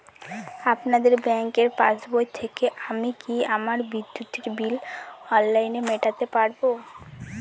আপনাদের ব্যঙ্কের পাসবই থেকে আমি কি আমার বিদ্যুতের বিল অনলাইনে মেটাতে পারবো?